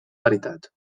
veritat